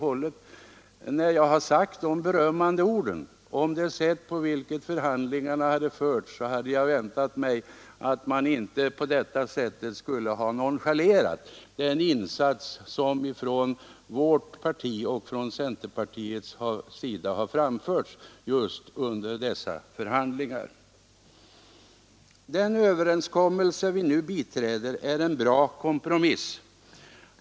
Sedan jag har sagt de berömmande orden om det sätt på vilket förhandlingarna förts, hade jag inte väntat mig att man på detta vis skulle nonchalera de insatser som vårt parti och centerpartiet gjort just under dessa förhandlingar. Den överenskommelse som vi nu biträder är en bra kompromiss.